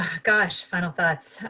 gosh. final thoughts.